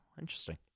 interesting